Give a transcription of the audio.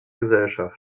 gesellschaft